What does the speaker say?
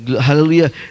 hallelujah